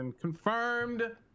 confirmed